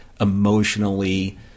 emotionally